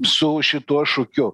su šituo šūkiu